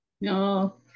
no